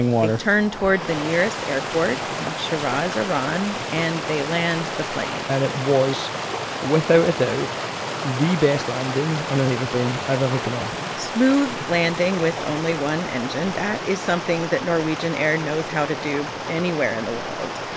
they turn toward the nearest airport in shiraz, iran, and they land the plane and it was without a doubt the best landing in any aeroplane i've ever been on smooth landing with only one engine, that is something that norwegian air knows how to do anywhere in the world.